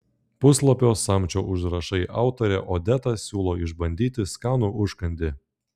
puslapio samčio užrašai autorė odeta siūlo išbandyti skanų užkandį